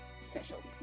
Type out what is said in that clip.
special